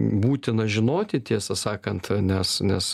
būtina žinoti tiesą sakant nes nes